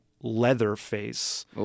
Leatherface